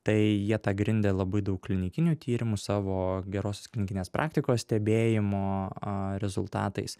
tai jie tą grindė labai daug klinikinių tyrimų savo gerosios klinikinės praktikos stebėjimo rezultatais